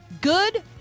good